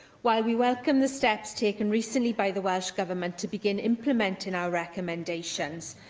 while we welcome the steps taken recently by the welsh government to begin implementing our recommendations,